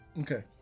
Okay